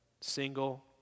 single